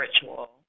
spiritual